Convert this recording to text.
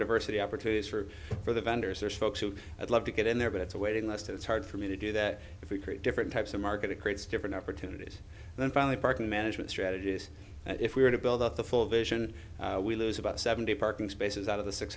diversity opportunities for for the vendors there's folks who i'd love to get in there but it's a waiting list it's hard for me to do that if we create different types of market it creates different opportunities then finally parking management strategies that if we were to build up the full vision we lose about seventy parking spaces out of the six